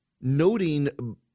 Noting